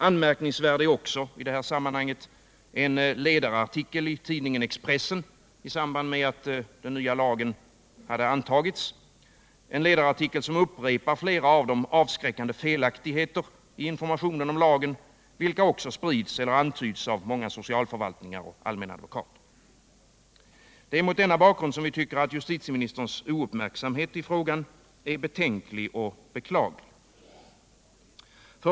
Anmärkningsvärd är i detta sammanhang också en ledare i tidningen Expressen — i samband med att den nya lagen hade antagits — som upprepar flera av de avskräckande felaktigheter i informationen om lagen vilka spritts eller antytts av många socialförvaltningar eller allmänna advokater. Det är mot denna bakgrund vi tycker att justitieministerns ouppmärksamhet i frågan är betänklig och beklaglig.